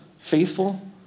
faithful